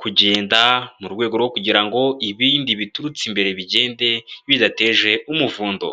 kugenda mu rwego rwo kugira ngo ibindi biturutse imbere bigende bidateje umuvundo.